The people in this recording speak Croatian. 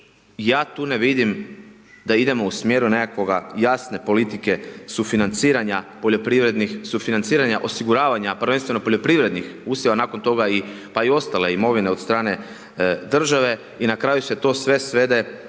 ja tu ne vidim da idemo u smjeru nekakvoga, jasne politike sufinanciranja poljoprivrednih, sufinanciranja osiguravanja, prvenstveno poljoprivrednih usjeva, nakon toga i, pa i ostale imovine od strane države i na kraju se to sve svede